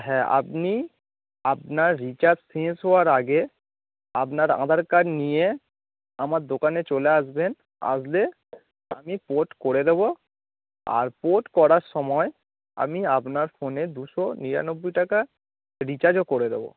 হ্যাঁ আপনি আপনার রিচার্জ শেষ হওয়ার আগে আপনার আধার কার্ড নিয়ে আমার দোকানে চলে আসবেন আসলে আমি পোর্ট করে দেবো আর পোর্ট করার সময় আমি আপনার ফোনে দুশো নিরানব্বই টাকা রিচার্জও করে দেবো